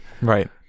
Right